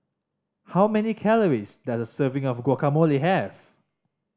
how many calories does a serving of Guacamole have